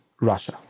Russia